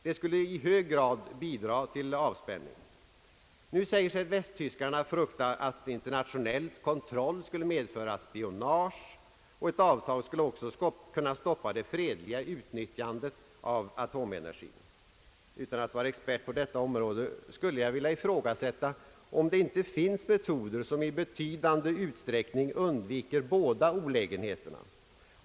Det skulle i hög grad bidra till avspänningen. Nu säger sig västtyskarna frukta att internationell kontroll skulle medföra spionage och att ett avtal också skulle kunna stoppa det fredliga utnyttjandet av atomenergi. Utan att vara expert på detta område skulle jag vilja ifrågasätta om det inte finns metoder som i betydande utsträckning undviker båda olägenheterna.